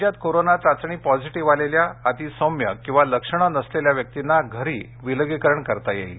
राज्यात कोरोना चाचणी पॉझीटिव्ह आलेल्या अतिसौम्य किंवा लक्षणे नसलेल्या व्यक्तींना घरी विलगीकरण करता येईल